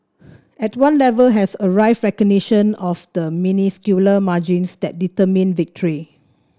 at one level has arrived recognition of the minuscule margins that determine victory